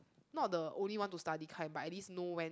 not the only one to study kind but at least know when